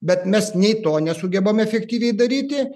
bet mes nei to nesugebam efektyviai daryti